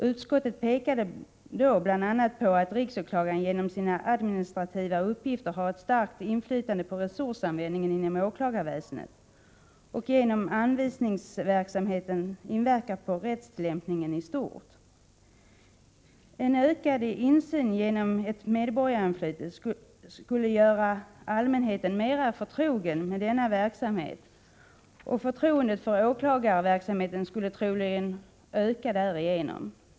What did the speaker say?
Utskottet pekade då bl.a. på att riksåklagaren genom sina administrativa uppgifter har ett starkt inflytande på resursanvändningen inom åklagarväsendet och genom anvisningsverksamheten inverkar på rättstillämpningen i stort. En ökad insyn genom ett medborgarinflytande skulle också göra allmänheten mera förtrogen med denna verksamhet, och förtroendet för åklagarverksamheten skulle troligen öka därigenom.